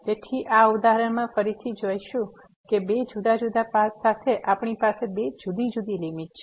તેથી આ ઉદાહરણમાં ફરીથી જોશું કે બે જુદા જુદા પાથ સાથે આપણી પાસે બે જુદી જુદી લીમીટ છે